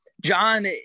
John